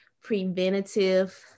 preventative